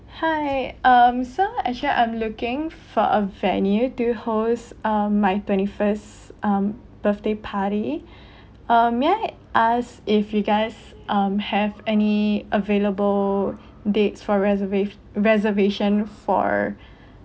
hi um so actually I'm looking for a venue to host um my twenty first um birthday party uh may I ask if you guys um have any available dates for reserva~ reservations for